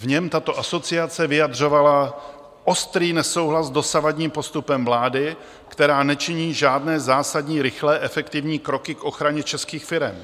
V něm tato asociace vyjadřovala ostrý nesouhlas s dosavadním postupem vlády, která nečiní žádné zásadní rychlé efektivní kroky k ochraně českých firem.